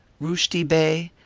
rushdi bey,